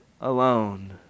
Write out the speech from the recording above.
alone